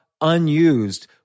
unused